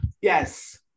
Yes